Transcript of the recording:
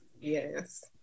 Yes